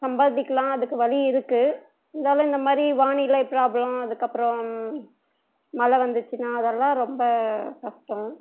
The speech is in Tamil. சம்பாதிக்கலாம் அதுக்கு வழி இருக்கு இருந்தாலும் இந்தமாதிரி வானிலை ப்ராப்ளம் அதுக்கப்புறம் மழை வந்துச்சுன்னா அதெல்லாம் ரொம்ப கஷ்டம்